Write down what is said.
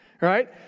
right